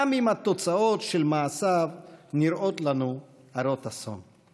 גם אם התוצאות של מעשיו נראות לנו הרות אסון.